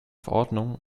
verordnung